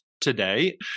today